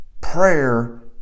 Prayer